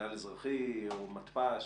המינהל האזרחי או המתפ"ש,